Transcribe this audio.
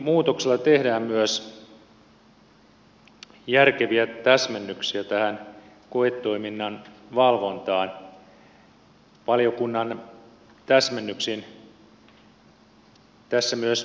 lakimuutoksella tehdään myös järkeviä täsmennyksiä tähän koetoiminnan valvontaan